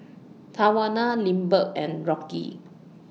Tawana Lindbergh and Rocky